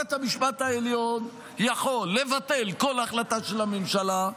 בית המשפט העליון יכול לבטל כל החלטה של הממשלה,